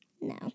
No